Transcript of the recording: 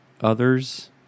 others